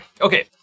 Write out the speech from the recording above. Okay